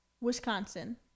Wisconsin